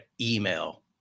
Email